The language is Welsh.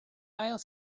ail